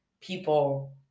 people